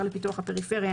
השר לפיתוח הפריפריה,